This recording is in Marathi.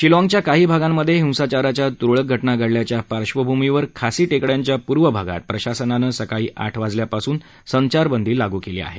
शिलाँगच्या काही भागांमधे हिंसाचाराच्या तुरळक घटना घडल्याच्या पार्धभूमीवर खासी टेकड्यांच्या पूर्व भागात प्रशासनानं सकाळी आठ वाजल्यापासून संचारबंदी लागू केली आहे